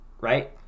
right